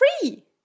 free